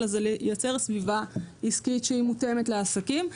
אלא זה לייצר סביבה עסקית מותאמת לעסקים.